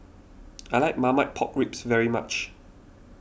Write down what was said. I like Marmite Pork Ribs very much